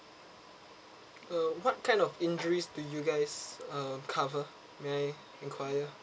uh what kind of injuries do you guys uh cover may I inquire